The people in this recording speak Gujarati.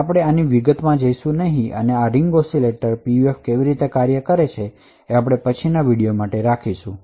અમે આ વિશે વિગતોમાં જઈશું નહીં અને આ રીંગ ઓસિલેટર પીયુએફ કેવી રીતે કાર્ય કરે છે આ આપણે પછીની વિડિઓ માટે રાખીશું